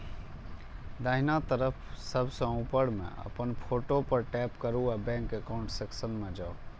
दाहिना तरफ सबसं ऊपर मे अपन फोटो पर टैप करू आ बैंक एकाउंट सेक्शन मे जाउ